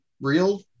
real